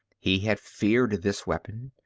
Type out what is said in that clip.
he had feared this weapon,